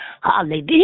Hallelujah